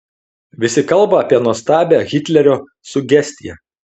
visi kalba apie nuostabią hitlerio sugestiją